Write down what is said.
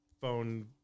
phone